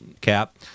Cap